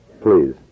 please